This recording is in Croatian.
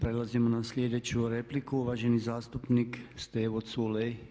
Prelazimo na sljedeću repliku uvaženi zastupnik Stevo Culej.